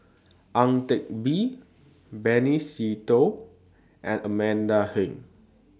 Ang Teck Bee Benny Se Teo and Amanda Heng